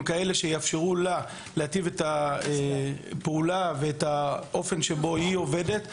כאלו שיאפשרו לה להיטיב את הפעולה ואת האופן שבו היא עובדת,